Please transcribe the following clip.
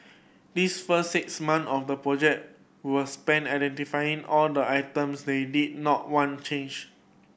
this first six month of the project were spent identifying all the items they did not want change